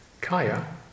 Kaya